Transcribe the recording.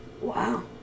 Wow